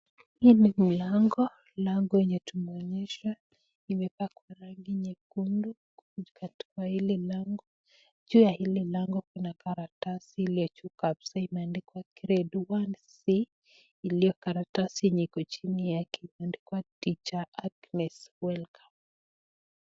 Hii ni milango, milango tumeoneshwa imepakwa rangi nyekundu katikati wa lango, juu ya hili lango kuna karatasi ilioyo juu kabisa ambayo imeandikwa GRADE 1C, iliyo karatasi iko chini yake imeandikwa teacher Agnes welcome .